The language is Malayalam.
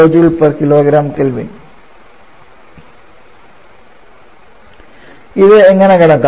743 kJkgK ഇത് എങ്ങനെ കണക്കാക്കാം